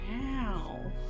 Wow